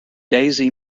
daisy